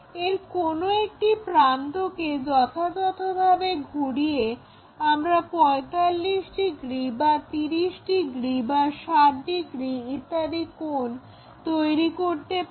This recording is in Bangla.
এর কোনো একটি প্রান্তকে যথাযথভাবে ঘুরিয়ে আমরা 45 ডিগ্রি বা 30 ডিগ্রি বা 60 ডিগ্রি ইত্যাদি কোণ তৈরি করতে পারি